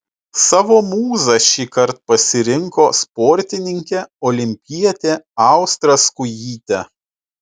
savo mūza šįkart pasirinko sportininkę olimpietę austrą skujytę